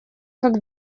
как